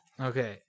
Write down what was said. Okay